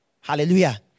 Hallelujah